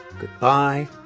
goodbye